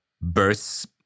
bursts